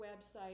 website